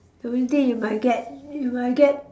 do you think you might get you might get